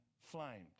flamed